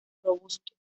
robusto